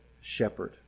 shepherd